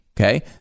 Okay